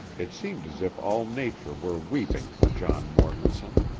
it seemed as if all nature were weeping for john mortonson.